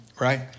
right